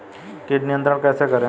कीट नियंत्रण कैसे करें?